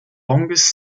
longest